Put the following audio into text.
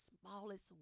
smallest